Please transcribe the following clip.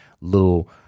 little